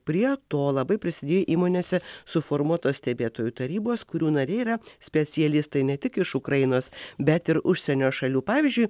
prie to labai prisidėjo įmonėse suformuotos stebėtojų tarybos kurių nariai yra specialistai ne tik iš ukrainos bet ir užsienio šalių pavyzdžiui